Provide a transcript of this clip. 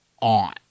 on